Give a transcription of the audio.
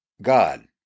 God